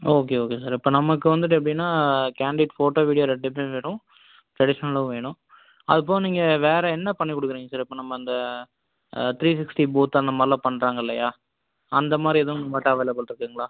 okay okay sir இப்போ நமக்கு வந்துட்டு எப்படின்னா கேண்டிட் ஃபோட்டோ வீடியோ ரெண்டுமே வேணும் ட்ரெடிஷ்னலாவும் வேணும் அது போக நீங்கள் வேற என்ன பண்ணிகொடுக்குறிங்க சார் இப்போ நம்ம அந்த த்ரீ சிக்ஸ்ட்டி போத் அந்தமாரிலாம் பண்ணுறாங்க இல்லையா அந்தமாதிரி எதுவும் நம்மள்ட்ட அவைலபிள்ருக்குதுங்களா